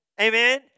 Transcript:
Amen